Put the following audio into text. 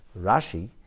Rashi